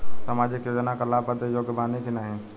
सामाजिक योजना क लाभ बदे योग्य बानी की नाही?